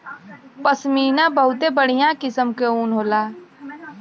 पश्मीना बहुते बढ़िया किसम क ऊन होला